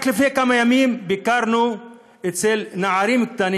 רק לפני כמה ימים ביקרנו אצל נערים קטנים